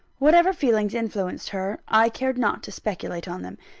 whatever feelings influenced her, i cared not to speculate on them.